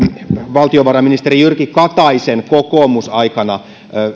valtiovarainministeri jyrki kataisen kokoomuksen aikana